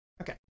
Okay